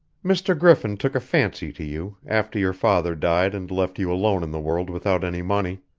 mr. griffin took a fancy to you, after your father died and left you alone in the world without any money.